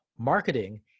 Marketing